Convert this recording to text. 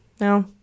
no